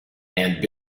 and